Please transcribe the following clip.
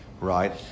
Right